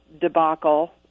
debacle